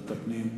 ועדת הפנים.